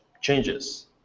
changes